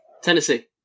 Tennessee